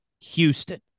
Houston